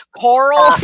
Coral